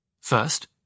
First